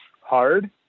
hard